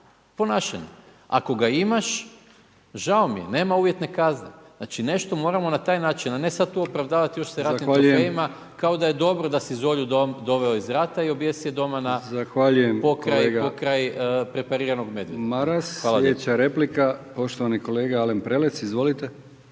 ponašanje. Ako ga imaš, žao mi je nema uvjetne kazne. Znači nešto moramo na taj način, a ne sada tu opravdavati … ratnim trofejima kao da je dobro da si zolju doveo iz rata i objesio je doma pokraj prepariranog medvjeda. **Brkić, Milijan (HDZ)** Zahvaljujem kolega Maras.